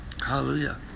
Hallelujah